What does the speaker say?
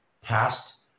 past